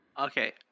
okay